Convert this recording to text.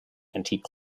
antique